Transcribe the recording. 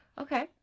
Okay